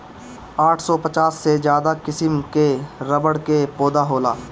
आठ सौ पचास से ज्यादा किसिम कअ रबड़ कअ पौधा होला